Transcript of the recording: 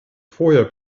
vorher